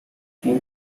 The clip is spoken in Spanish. poe